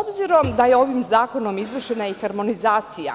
Obzirom da je ovim zakonom izvršena i harmonizacija